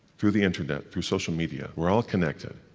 through the internet, through social media, we're all connected.